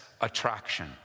attraction